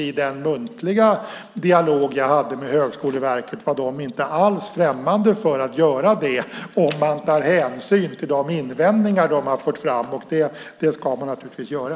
I den muntliga dialog jag hade med Högskoleverket var de inte alls främmande för att göra det om man tar hänsyn till de invändningar som de har fört fram. Det ska man naturligtvis göra.